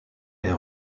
est